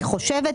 אני חושבת,